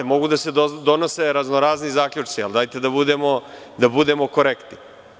Mogu da se donose razno-razni zaključci, ali dajte da budemo korektni.